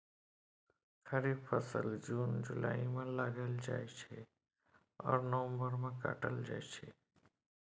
खरीफ फसल जुन जुलाई मे लगाएल जाइ छै आ नबंबर मे काटल जाइ छै